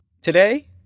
Today